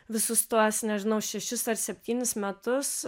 visus tuos nežinau šešis ar septynis metus